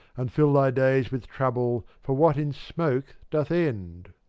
and fill thy days with trouble for what in smoke doth end?